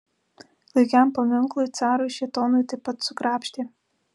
klaikiam paminklui carui šėtonui taip pat sukrapštė